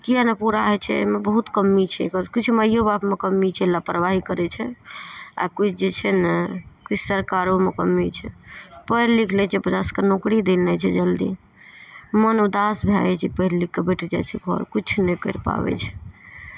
किएक नहि पूरा होइ छै एहिमे बहुत कमी छै एकर किछु माइओ बापमे कमी छै लापरवाही करै छै आ किछु जे छै ने किछु सरकारोमे कमी छै पढ़ि लिखि लै छै बच्चा सभके नौकरी दै नहि छै जल्दी मोन उदास भए जाइ छै पढ़ि लिखि कऽ बैठ जाइ छै घर किछु नहि करि पाबै छै